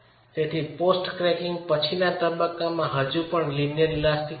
તેથી post cracking પછીના તબક્કામાં હજુ પણ લિનિયર ઇલાસ્ટિક છે